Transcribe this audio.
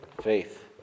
Faith